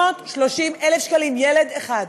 630,000 שקלים לילד אחד.